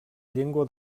llengua